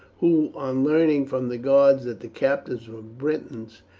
who, on learning from the guards that the captives were britons,